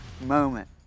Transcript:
moment